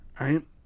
right